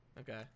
Okay